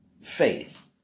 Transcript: faith